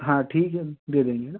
हाँ ठीक है दे देंगे है न